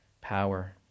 power